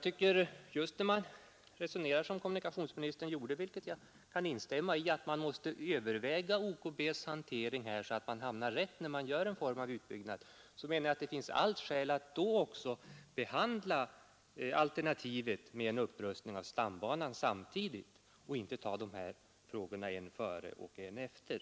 När man resonerar som kommunikationsministern gjorde, vilket jag kan instämma i, nämligen att man måste överväga ostkustbanans hantering så att man hamnar rätt om och när man gör någon form av utbyggnad, så menar jag att det finns allt skäl att då också behandla alternativet med en upprustning av stambanan samtidigt och inte ta den ena frågan före och den andra efter.